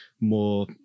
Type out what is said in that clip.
more